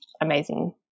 amazing